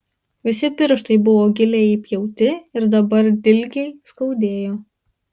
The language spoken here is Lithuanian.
visi pirštai buvo giliai įpjauti ir dabar dilgiai skaudėjo